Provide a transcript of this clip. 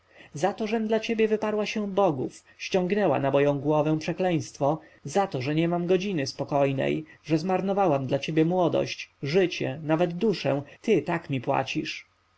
to żem dla ciebie wyparła się bogów ściągnęła na moją głowę przekleństwo za to że nie mam godziny spokojnej że zmarnowałam dla ciebie młodość życie nawet duszę ty tak mi płacisz